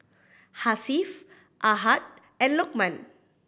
Hasif Ahad and Lokman